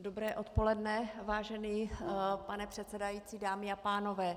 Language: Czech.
Dobré odpoledne, vážený pane předsedající, dámy a pánové.